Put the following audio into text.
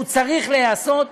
הוא צריך להיעשות,